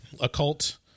Occult